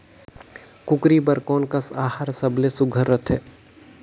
कूकरी बर कोन कस आहार सबले सुघ्घर रथे?